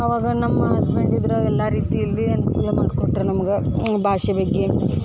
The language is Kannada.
ಅವಾಗ ನಮ್ಮ ಹಸ್ಬೆಂಡ್ ಇದ್ರಾಗ ಎಲ್ಲ ರೀತಿಯಲ್ಲಿ ಅನುಕೂಲ ಮಾಡ್ಕೊಟ್ರು ನಮ್ಗೆ ಭಾಷೆ ಬಗ್ಗೆ